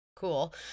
cool